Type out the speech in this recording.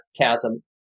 chasm